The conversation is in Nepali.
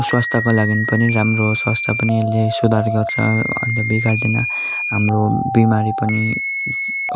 स्वास्थ्यको लागि पनि राम्रो हो स्वास्थ्य पनि यसले सुधार गर्छ अन्त बिगार्दैन हाम्रो बिमारी पनि